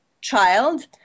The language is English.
child